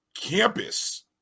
campus